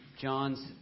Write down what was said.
John's